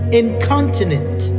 incontinent